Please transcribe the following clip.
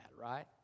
right